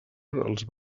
els